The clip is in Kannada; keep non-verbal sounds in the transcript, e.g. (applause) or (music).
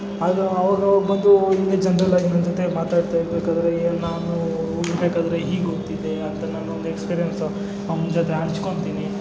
ಆಗ ಅವರು ಬಂದು ಹೀಗೆ ಜನ್ರಲ್ಲಾಗಿ ನನ್ನ ಜೊತೆ ಮಾತಾಡ್ತಾಯಿರಬೇಕಾದ್ರೆ ನಾನು ಓದಬೇಕಾದ್ರೆ ಹೀಗೆ ಓದ್ತಿದ್ದೆ ಅಂತ ನಾನೊಂದು ಎಕ್ಸ್ಪೀರಿಯನ್ಸ್ (unintelligible) ಜೊತೆ ಹಂಚ್ಕೊತೀನಿ